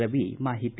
ರವಿ ಮಾಹಿತಿ